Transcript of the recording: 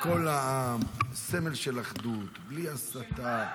לכל, סמל של אחדות, בלי הסתה.